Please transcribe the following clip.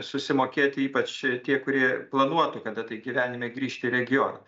susimokėti ypač tie kurie planuotų kada tai gyvenime grįžt į regioną